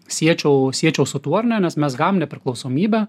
siečiau siečiau su tuo ar ne nes mes gavom nepriklausomybę